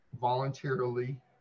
voluntarily